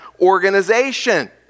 organization